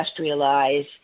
industrialize